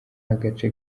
agace